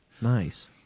Nice